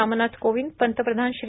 रामनाथ कोविंद पंतप्रधान श्री